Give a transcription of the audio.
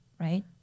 right